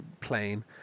plain